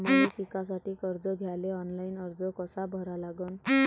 मले शिकासाठी कर्ज घ्याले ऑनलाईन अर्ज कसा भरा लागन?